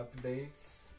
updates